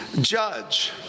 judge